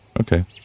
Okay